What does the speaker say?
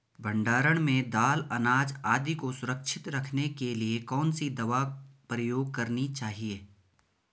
भण्डारण में दाल अनाज आदि को सुरक्षित रखने के लिए कौन सी दवा प्रयोग करनी चाहिए?